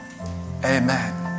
Amen